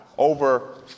Over